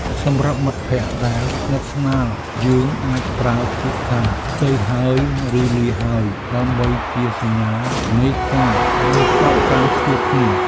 សម្រាប់មិត្តភក្តិដែលស្និទ្ធស្នាលយើងអាចប្រើពាក្យថាទៅហើយឬលាហើយដើម្បីជាសញ្ញានៃការបញ្ចប់ការជួបគ្នា។